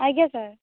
ଅଜ୍ଞା ସାର୍